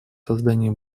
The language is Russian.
создании